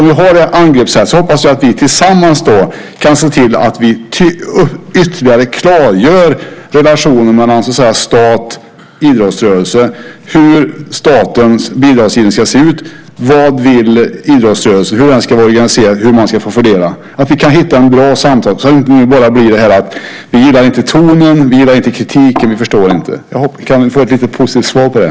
Om vi har det angreppssättet hoppas jag att vi tillsammans kan se till att vi ytterligare klargör i relationen staten-idrottsrörelsen hur statens bidragsgivning ska se ut, vad idrottsrörelsen vill, hur den ska vara organiserad och hur man ska fördela så att vi kan hitta en bra samtalston och inte bara säger: Vi gillar inte tonen, vi gillar inte kritiken, vi förstår inte. Kan jag få ett positivt svar på det?